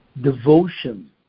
devotion